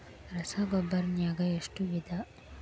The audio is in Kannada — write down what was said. ರಸಗೊಬ್ಬರ ನಾಗ್ ಎಷ್ಟು ವಿಧ?